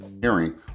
hearing